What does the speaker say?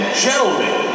gentlemen